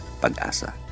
PAGASA